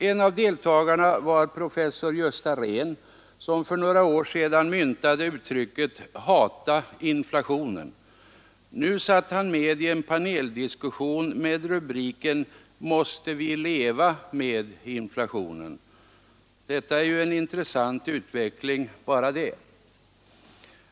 En av deltagarna var professor Gösta Rehn, som för några år sedan myntade uttrycket: ”Hata inflationen.” Nu satt han med i en paneldiskussion med rubriken: ”Måste vi leva med inflationen?” Detta är ju en intressant utveckling bara det.